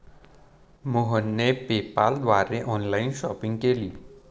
मोहनने पेपाल द्वारे online shopping केली